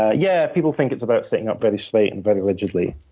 ah yeah, people think it's about sitting up very straight and very rigidly,